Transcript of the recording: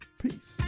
Peace